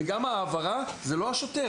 וגם ההעברה זה לא השוטר.